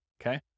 okay